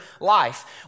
life